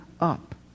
up